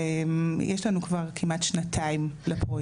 יש לנו כבר כמעט שנתיים לפרויקט הזה.